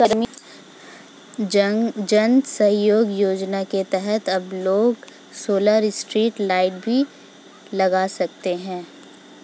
जन सहयोग योजना के तहत अब लोग सोलर स्ट्रीट लाइट भी लगवा सकते हैं